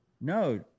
No